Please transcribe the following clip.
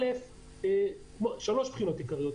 הראשונה היא,